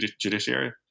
judiciary